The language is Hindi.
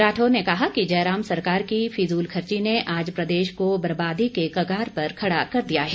राठौर ने काह कि जयराम सरकार की फिजूल खर्ची ने आज प्रदेश को बर्बादी के कगार पर खड़ा कर दिया है